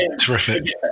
terrific